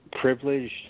privileged